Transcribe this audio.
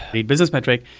the business metric.